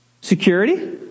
Security